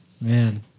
Man